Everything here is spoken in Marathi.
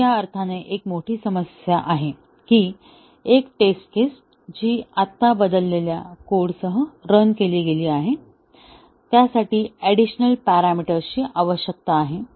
ही या अर्थाने एक मोठी समस्या आहे की एक टेस्ट केस जी आता बदललेल्या कोडसह रन केली गेली आहे त्यासाठी ऍडिशनल पॅरामीटर्सची आवश्यकता आहे